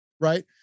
right